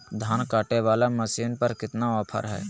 धान कटे बाला मसीन पर कितना ऑफर हाय?